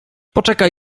poczekaj